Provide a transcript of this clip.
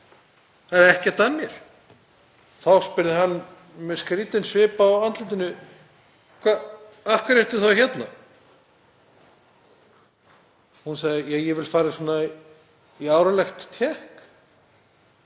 það er ekkert að mér. Þá spurði hann með skrýtinn svip á andlitinu: Af hverju ertu þá hérna? Hún sagði: Ég vil fara í árlegt tékk.